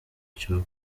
cyo